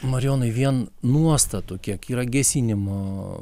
marijonai vien nuostatų kiek yra gesinimo